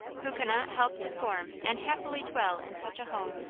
who cannot help to form and happily dwell in such a home?